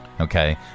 Okay